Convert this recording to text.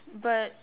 but